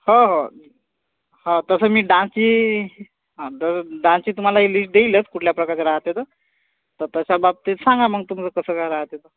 हो हो हां तसं मी डान्सची हां तर डान्सची तुम्हाला एक लिश्ट देईलच कुठल्या प्रकार राहते तर तर तशा बाबतीत सांगा मग तुमचं कसं काय राहते तर